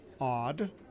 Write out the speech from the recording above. odd